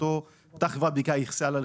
שחברת הבדיקה ייחסה ללשכות.